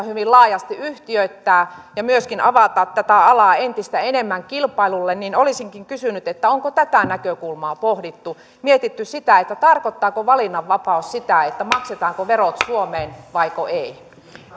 hyvin laajasti yhtiöittää ja myöskin avata tätä alaa entistä enemmän kilpailulle niin olisinkin kysynyt onko tätä näkökulmaa pohdittu mietitty sitä tarkoittaako valinnanvapaus sitä maksetaanko verot suomeen vaiko ei